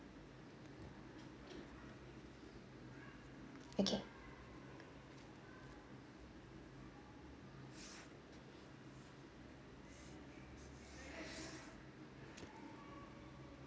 okay